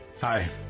Hi